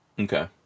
Okay